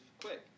quick